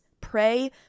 pray